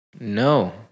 No